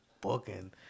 booking